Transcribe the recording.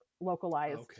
localized